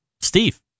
Steve